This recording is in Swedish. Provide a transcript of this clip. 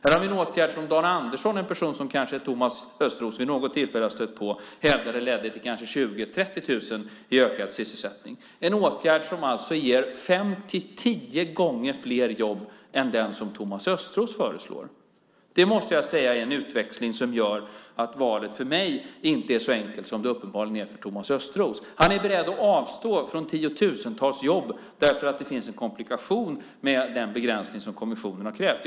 Här har vi en åtgärd som Dan Andersson, en person som Thomas Östros kanske har stött på vid något tillfälle, hävdade ledde till kanske 20 000-30 000 i ökad sysselsättning. Det är en åtgärd som alltså ger fem-tio gånger fler jobb än den som Thomas Östros föreslår. Det måste jag säga är en utväxling som gör att valet för mig inte är så enkelt som det uppenbarligen är för Thomas Östros. Han är beredd att avstå från tiotusentals jobb därför att det finns en komplikation med den begränsning som kommissionen har krävt.